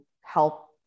help